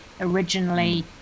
originally